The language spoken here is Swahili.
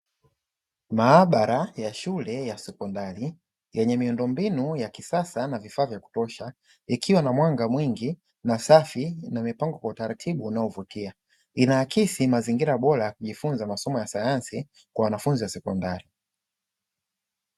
Maabara ya shule ya sekondari, yenye miundombinu ya kisasa na vifaa vya kutosha, ikiwa na mwanga mwingi na safi na imepangwa kwa utaratibu unaovutia, inaakisi mazingira bora ya kujifunza masomo ya sayansi kwa wanafunzi wa sekondari.